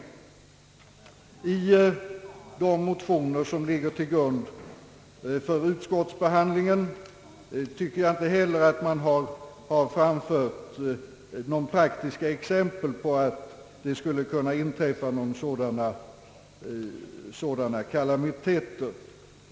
Inte heller tycker jag att man i de motioner som ligger till grund för ut skottsbehandlingen har framfört några praktiska exempel på att sådana kalamiteter skulle kunna inträffa.